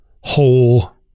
whole